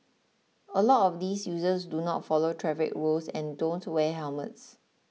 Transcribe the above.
a lot of these users do not follow traffic rules and don't wear helmets